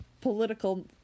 political